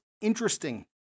interesting